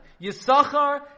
Yisachar